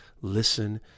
listen